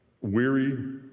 weary